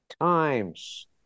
times